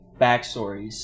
backstories